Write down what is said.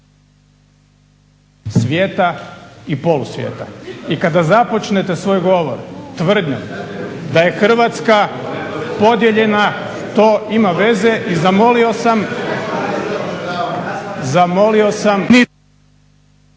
svijeta i polusvijeta. I kada započnete svoj govor tvrdnjom da je Hrvatska podijeljena to ima veze i zamolio sam predsjednika